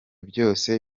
byose